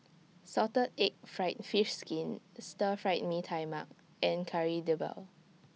Salted Egg Fried Fish Skin Stir Fried Mee Tai Mak and Kari Debal